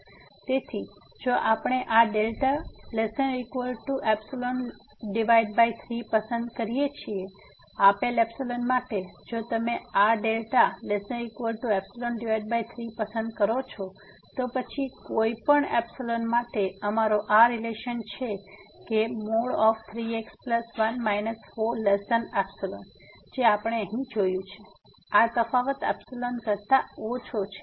તેથી જો આપણે આ δ≤3 પસંદ કરિએ છીએ આપેલ ϵ માટે જો તમે આ δ≤3 પસંદ કરો છો તો પછી કોઈપણ આપેલ માટે અમારો આ રીલેશન છે કે 3x1 4ϵ જે આપણે અહીં જોયું છે આ તફાવત ϵ કરતા ઓછો છે